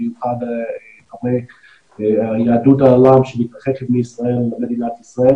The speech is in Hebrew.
במיוחד יהדות העולם שמתרחקת ממדינת ישראל